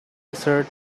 desert